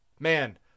Man